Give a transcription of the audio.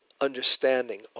understanding